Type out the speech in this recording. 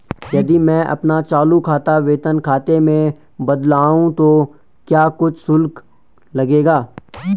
यदि मैं अपना चालू खाता वेतन खाते में बदलवाऊँ तो क्या कुछ शुल्क लगेगा?